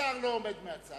שר לא עומד מהצד.